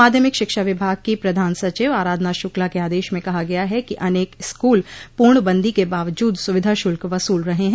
माध्यमिक शिक्षा विभाग की प्रधान सचिव आराधना शुक्ला के आदेश में कहा गया है कि अनेक स्कूल पूर्णबंदी के बावजूद सुविधा शुल्क वसूल रहे हैं